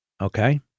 Okay